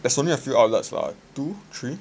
there's only a few outlets lah two three